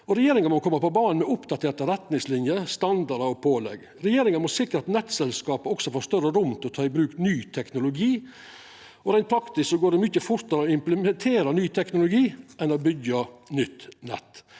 regjeringa må koma på banen med oppdaterte retningslinjer, standardar og pålegg. Regjeringa må sikra at nettselskapa også får større rom til å ta i bruk ny teknologi. Reint praktisk går det mykje fortare å implementera ny teknologi enn å byggja nytt nett.